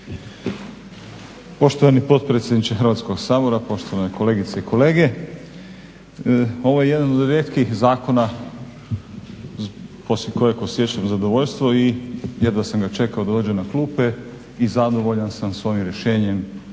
Poštovani potpredsjedniče Hrvatskoga sabora, poštovane kolegice i kolege. Ovo je jedan od rijetkih zakona poslije kojeg osjećam zadovoljstvo i jedva sam ga čekao da dođe na klupe i zadovoljan sam s ovim rješenjem